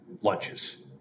lunches